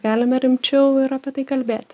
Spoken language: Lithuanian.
galime rimčiau ir apie tai kalbėt